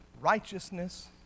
righteousness